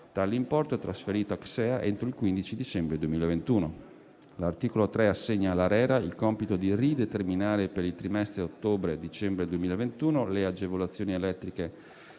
Tale importo è trasferito a CSEA entro il 15 dicembre 2021. L'articolo 3 assegna ad ARERA il compito di rideterminare per il trimestre ottobre-dicembre 2021 le agevolazioni relative